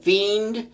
Fiend